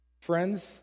Friends